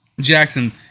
jackson